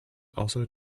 also